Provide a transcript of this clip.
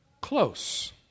Close